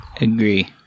Agree